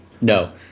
No